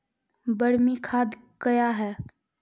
बरमी खाद कया हैं?